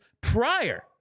prior